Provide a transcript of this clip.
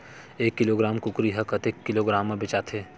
एक किलोग्राम कुकरी ह कतेक किलोग्राम म बेचाथे?